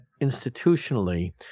institutionally